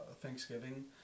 Thanksgiving